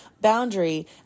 boundary